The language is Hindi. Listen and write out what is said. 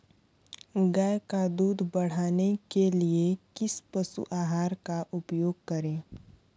गाय का दूध बढ़ाने के लिए किस पशु आहार का उपयोग करें?